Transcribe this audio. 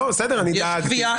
בסדר, אני דאגתי.